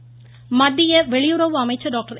ஜெய்சங்கர் மத்திய வெளியுறவு அமைச்சர் டாக்டர்